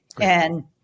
And-